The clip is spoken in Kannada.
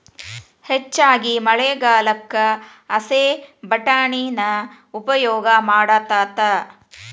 ಹೆಚ್ಚಾಗಿ ಮಳಿಗಾಲಕ್ಕ ಹಸೇ ವಟಾಣಿನ ಉಪಯೋಗ ಮಾಡತಾತ